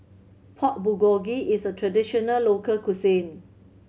Pork Bulgogi is a traditional local cuisine